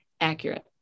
accurate